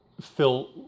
Phil